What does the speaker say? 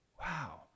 Wow